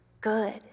good